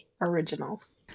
originals